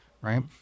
right